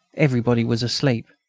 everybody was asleep.